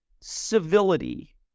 civility